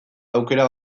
aukera